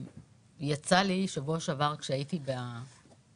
יצא לי שבוע שעבר, כשהייתי מאומתת,